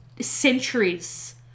centuries